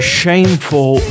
shameful